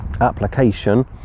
application